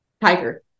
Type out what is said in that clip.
tiger